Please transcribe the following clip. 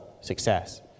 success